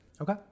Okay